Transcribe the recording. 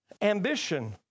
Ambition